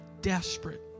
desperate